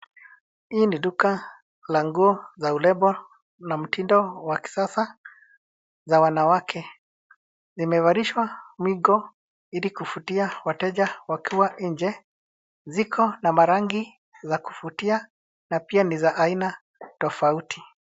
Hii ni duka la nguo za urembo na mtindo wa kisasa za wanawake. Zimevalishwa mingo ili kuvutia wateja wakiwa nje. Ziko na marangi za kuvutia na pia ni za aina tofauti.